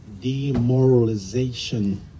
demoralization